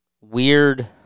weird